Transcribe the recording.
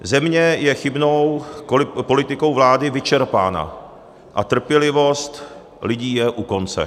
Země je chybnou politikou vlády vyčerpána a trpělivost lidí je u konce.